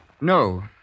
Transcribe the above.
No